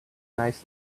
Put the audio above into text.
nice